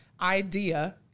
IDEA